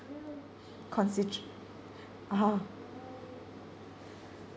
considera~ (uh huh)